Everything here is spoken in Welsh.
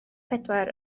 pedwar